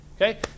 Okay